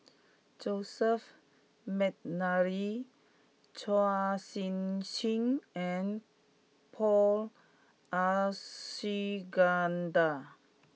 Joseph McNally Chua Sian Chin and Paul Abisheganaden